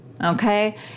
Okay